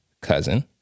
cousin